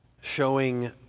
showing